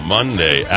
Monday